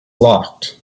locked